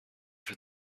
for